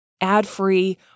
ad-free